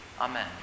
Amen